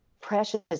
precious